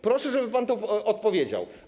Proszę, żeby pan na to odpowiedział.